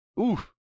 oof